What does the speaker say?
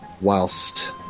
whilst